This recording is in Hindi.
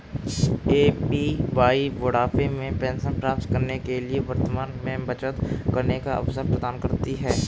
ए.पी.वाई बुढ़ापे में पेंशन प्राप्त करने के लिए वर्तमान में बचत करने का अवसर प्रदान करती है